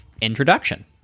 introduction